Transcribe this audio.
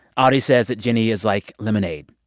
audie says that jenny is like lemonade.